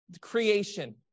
creation